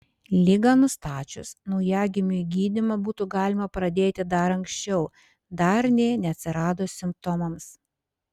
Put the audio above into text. ligą nustačius naujagimiui gydymą būtų galima pradėti dar anksčiau dar nė neatsiradus simptomams